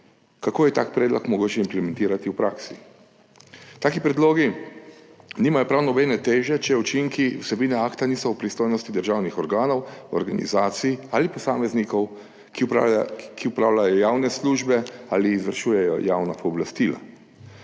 kako je tak predlog mogoče implementirati v praksi. Taki predlogi nimajo prav nobene teže, če učinki vsebine akta niso v pristojnosti državnih organov, organizacij ali posameznikov, ki opravljajo javne službe ali izvršujejo javna pooblastila.